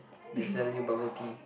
they sell you bubble tea